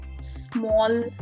small